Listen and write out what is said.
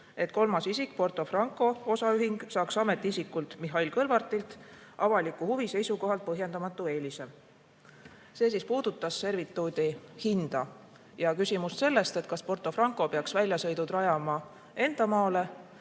et kolmas isik, Porto Franco osaühing saaks ametiisikult Mihhail Kõlvartilt avaliku huvi seisukohalt põhjendamatu eelise. See puudutas servituudi hinda ja küsimust sellest, kas Porto Franco peaks väljasõidud rajama enda maale